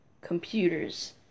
computers